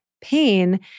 pain